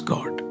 God